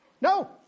No